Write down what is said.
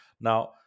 Now